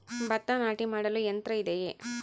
ಭತ್ತ ನಾಟಿ ಮಾಡಲು ಯಂತ್ರ ಇದೆಯೇ?